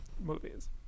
Movies